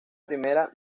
primera